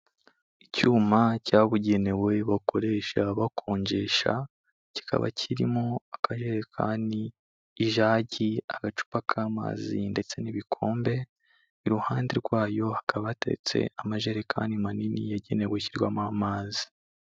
Icyuma cyabugenewe bakoresha bakonjesha. Kikaba kirimo akajerekani, ijagi, agacupa k'amazi ndetse n'ibikombe. Iruhande rwayo hakaba hateretse amajerekani manini yagenewe gushyirwamo amazi.